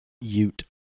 Ute